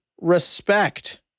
respect